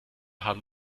haben